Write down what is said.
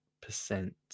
percent